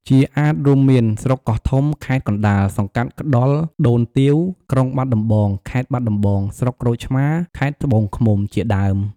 ជាអាទិ៍រួមមាន ស្រុកកោះធំ ខេត្តកណ្តាល សង្កាត់ក្តុលដូនទាវ ក្រុងបាត់ដំបង (ខេត្តបាត់ដំបង) ស្រុកក្រូចឆ្មារ ខេត្តត្បូងឃ្មុំ ជាដើម។